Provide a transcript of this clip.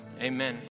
amen